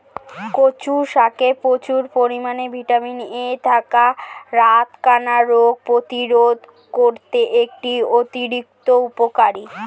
কচু শাকে প্রচুর পরিমাণে ভিটামিন এ থাকায় রাতকানা রোগ প্রতিরোধে করতে এটি অত্যন্ত উপকারী